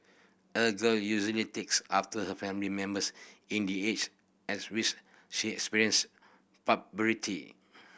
a girl usually takes after her family members in the age at which she experience